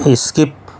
skip